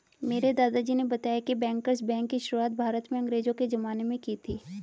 मेरे दादाजी ने बताया की बैंकर्स बैंक की शुरुआत भारत में अंग्रेज़ो के ज़माने में की थी